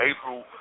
April